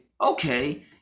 okay